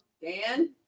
Dan